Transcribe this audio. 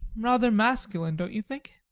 rather masculine, don't you think?